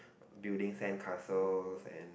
building sand castles and